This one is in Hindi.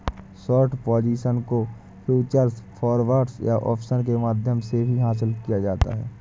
शॉर्ट पोजीशन को फ्यूचर्स, फॉरवर्ड्स या ऑप्शंस के माध्यम से भी हासिल किया जाता है